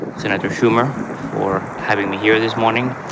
senator schumer, for having me here this morning.